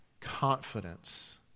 confidence